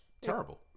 terrible